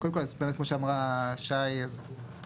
קודם כל, אז כמו שאמרה שי, אז